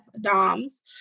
Doms